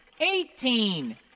eighteen